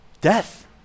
Death